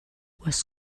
was